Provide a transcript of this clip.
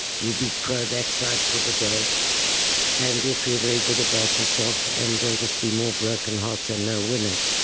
you'll be pro that side for the day and you'll feel very good about yourself and there'll just be more broken hearts and no winners.